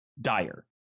dire